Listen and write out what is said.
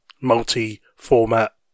multi-format